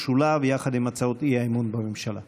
כיום יש אלפי עולים השוהים במרכזי